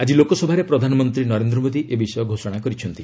ଆଜି ଲୋକସଭାରେ ପ୍ରଧାନମନ୍ତ୍ରୀ ନରେନ୍ଦ୍ର ମୋଦି ଏ ବିଷୟ ଘୋଷଣା କରିଛନ୍ତି